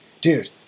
dude